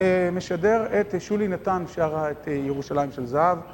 משדר את שולי נתן שרה את ירושלים של זהב.